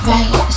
Right